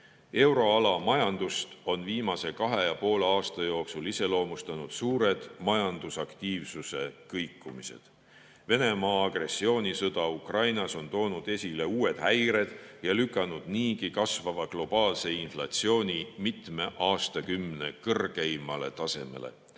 Euroala majandust on viimase kahe ja poole aasta jooksul iseloomustanud suured majandusaktiivsuse kõikumised. Venemaa agressioonisõda Ukrainas on toonud esile uued häired ja lükanud niigi kasvava globaalse inflatsiooni mitme aastakümne kõrgeimale tasemele.